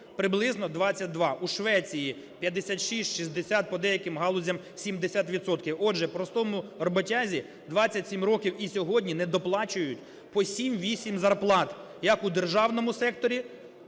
приблизно 22. У Швеції – 56-60, по деяким галузям – 70 відсотків. Отже, простому роботязі 27 років і сьогодні не доплачують по 7-8 зарплат, як у державному секторі,